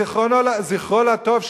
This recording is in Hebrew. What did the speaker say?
זכרו לטוב,